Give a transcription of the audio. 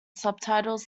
subtitles